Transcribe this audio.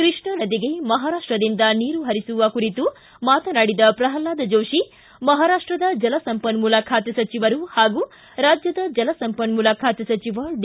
ಕೃಷ್ಣಾ ನದಿಗೆ ಮಹಾರಾಷ್ಷದಿಂದ ನೀರು ಪರಿಸುವ ಕುರಿತು ಮಾತನಾಡಿದ ಪ್ರಲ್ನಾದ ಜೋಶಿ ಮಹಾರಾಷ್ಷದ ಜಲಸಂಪನ್ನೂಲ ಖಾತೆ ಸಚಿವರು ಹಾಗೂ ರಾಜ್ಜದ ಜಲಸಂಪನ್ನೂಲ ಖಾತೆ ಸಚಿವ ಡಿ